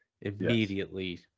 immediately